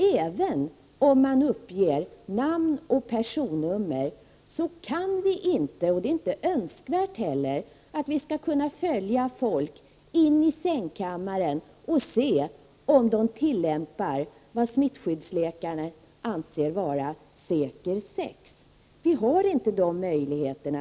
Även om man uppger namn och personnummer så kan vi inte — det är inte heller nödvändigt — följa folk in i sängkamrarna och se om de tillämpar vad smittskyddsläkare anser vara säker sex. Vi har inte de möjligheterna.